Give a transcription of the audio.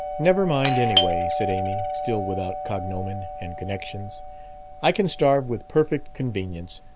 never mind, anyway, said amy, still without cognomen and connections i can starve with perfect convenience.